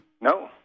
No